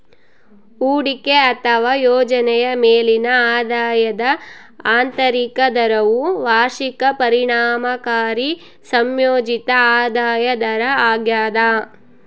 ಹೂಡಿಕೆ ಅಥವಾ ಯೋಜನೆಯ ಮೇಲಿನ ಆದಾಯದ ಆಂತರಿಕ ದರವು ವಾರ್ಷಿಕ ಪರಿಣಾಮಕಾರಿ ಸಂಯೋಜಿತ ಆದಾಯ ದರ ಆಗ್ಯದ